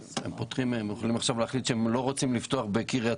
הן יכולות להחליט שהן לא רוצות לפתוח בקריית